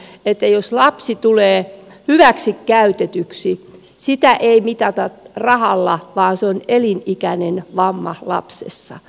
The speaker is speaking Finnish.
tiedetään että jos lapsi tulee hyväksikäytetyksi niin sitä ei mitata rahalla vaan se on elinikäinen vamma lapsessa